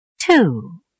Two